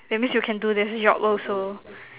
that means you can do this job also